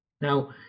Now